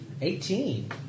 Eighteen